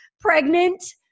Pregnant